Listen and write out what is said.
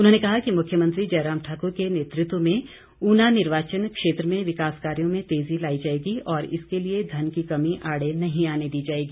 उन्होंने कहा कि मुख्यमंत्री जयराम ठाकुर के नेतृत्व में ऊना निर्वाचन क्षेत्र में विकास कार्यों में तेज़ी लाई जाएगी और इसके लिए धन की कमी आढ़े नहीं आने दी जाएगी